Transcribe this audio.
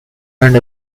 and